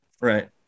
right